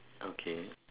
okay